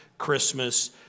Christmas